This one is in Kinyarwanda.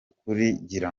kugira